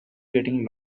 getting